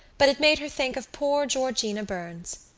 but it made her think of poor georgina burns.